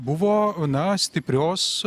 buvo na stiprios